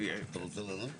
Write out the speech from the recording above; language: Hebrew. אתה רוצה לענות?